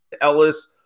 Ellis